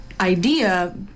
idea